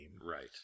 Right